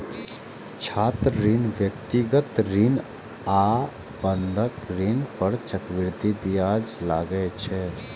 छात्र ऋण, व्यक्तिगत ऋण आ बंधक ऋण पर चक्रवृद्धि ब्याज लागै छै